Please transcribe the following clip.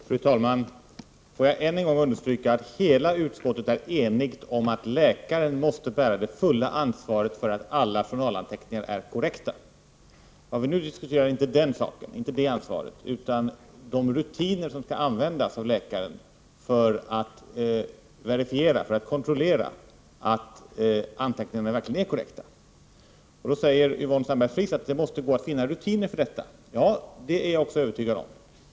Fru talman! Får jag än en gång understryka att hela utskottet är enigt om att läkaren måste bära det fulla ansvaret för att alla journalanteckningar är korrekta. Vad vi nu diskuterar är inte det ansvaret, utan de rutiner som skall användas av läkaren för att verifiera och kontrollera att anteckningarna verkligen är korrekta. Yvonne Sandberg-Fries säger att det måste gå att finna rutiner för detta. Ja, det är jag också övertygad om.